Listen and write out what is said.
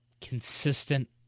consistent